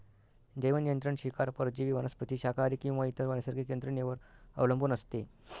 जैवनियंत्रण शिकार परजीवी वनस्पती शाकाहारी किंवा इतर नैसर्गिक यंत्रणेवर अवलंबून असते